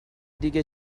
دیگه